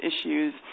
issues